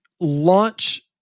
launch